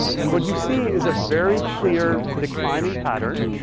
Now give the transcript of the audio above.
and what you see is a very clear declining pattern.